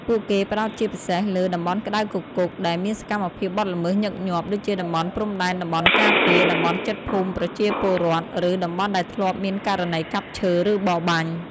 ពួកគេផ្តោតជាពិសេសលើ តំបន់ក្តៅគគុក ដែលមានសកម្មភាពបទល្មើសញឹកញាប់ ដូចជាតំបន់ព្រំដែនតំបន់ការពារ តំបន់ជិតភូមិប្រជាពលរដ្ឋ ឬតំបន់ដែលធ្លាប់មានករណីកាប់ឈើ ឬបរបាញ់។